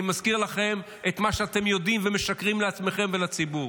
אני מזכיר לכם את מה שאתם יודעים ומשקרים לעצמכם ולציבור: